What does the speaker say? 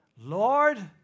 Lord